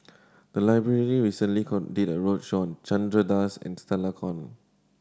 the library recently did a roadshow on Chandra Das and Stella Kon